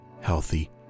healthy